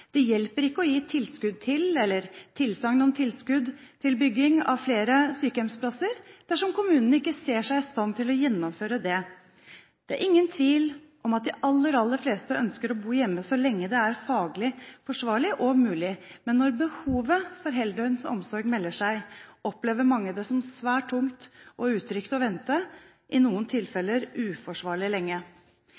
Det hjelper ikke å gi tilskudd til eller tilsagn om tilskudd til bygging av flere sykehjemsplasser dersom kommunene ikke ser seg i stand til å gjennomføre det. Det er ingen tvil om at de aller, aller fleste ønsker å bo hjemme så lenge det er faglig forsvarlig og mulig. Men når behovet for heldøgns omsorg melder seg, opplever mange det som svært tungt og utrygt å vente – i noen